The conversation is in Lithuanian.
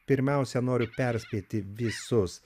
pirmiausia noriu perspėti visus